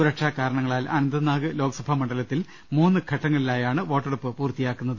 സുരക്ഷാകാരണങ്ങളാൽ അനന്തനാഗ് ലോക്സഭാ മണ്ഡലത്തിൽ മൂന്നു ഘട്ടങ്ങളിലായാണ് വോട്ടെടുപ്പ് പൂർത്തിയാക്കുന്നത്